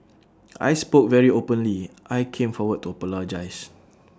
I spoke very openly I came forward to apologise